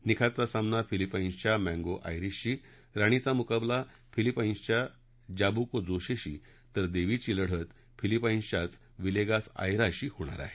निखातचा सामना फिलिपाईन्सच्या मैंगो आयरिशशी राणीचा मुकाबला फिलिपिन्सच्या जब्बुको जोसेशी तर देवीची लढत फिलिपाईन्सच्याच विलेगास आयराशी होणार आहे